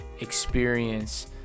experience